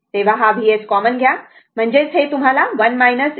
तर ते 1 e tT असेल